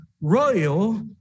royal